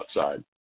outside